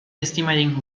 estimating